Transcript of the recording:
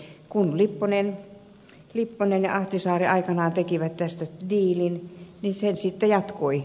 kun lipponen ja ahtisaari aikanaan tekivät tästä diilin niin se sitten jatkui